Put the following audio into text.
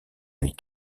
elle